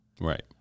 right